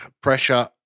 pressure